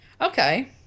Okay